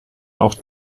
auch